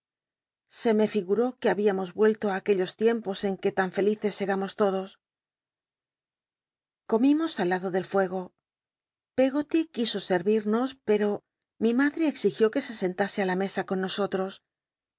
se me figuró que habíamos vuelto ü aquellos tiempos en que tan felices éramos lodos comimos al lado del fuego pcggoty juiso servirnos pero mi madre exigió que se sentase la mesa con nosotros